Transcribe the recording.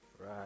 Right